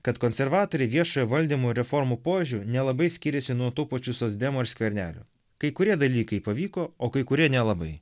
kad konservatoriai viešojo valdymo reformų požiūriu nelabai skiriasi nuo tų pačių socdemų ir skvernelio kai kurie dalykai pavyko o kai kurie nelabai